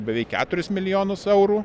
beveik keturis milijonus eurų